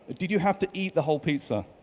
did you have to eat the whole pizza?